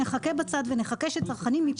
נחכה בצד שצרכנים יפלו.